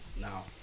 now